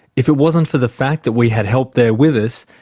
if it wasn't for the fact that we had help there with us,